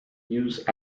used